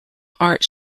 art